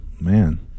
man